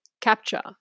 capture